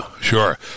sure